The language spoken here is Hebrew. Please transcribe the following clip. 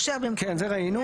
כן, זה ראינו.